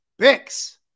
Bix